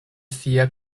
sia